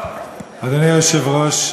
אדוני היושב-ראש,